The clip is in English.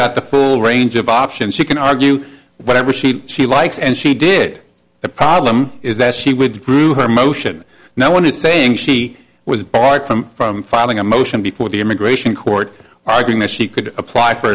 got the full range of options she can argue whatever she she likes and she did the problem is that she would prove her motion no one is saying she was barred from from filing a motion before the immigration court arguing that she could apply for